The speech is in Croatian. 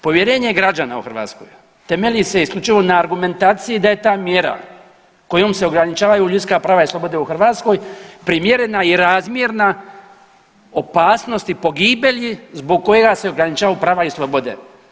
Povjerenje građana u Hrvatskoj temelji se isključivo na argumentaciji da je ta mjera kojom se ograničavaju ljudska prava i slobode u Hrvatskoj primjerena i razmjerna opasnosti pogibelji zbog kojega se ograničavaju prava i slobode.